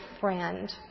friend